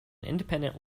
independent